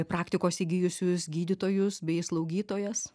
praktikos įgijusius gydytojus bei slaugytojas